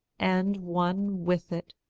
and, one with it,